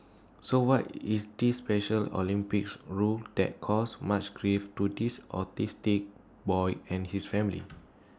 so what is this special Olympics rule that caused much grief to this autistic boy and his family